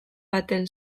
baten